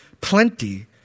plenty